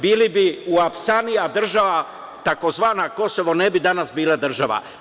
Bili bi u apsani, a država tzv. Kosovo ne bi danas bila država.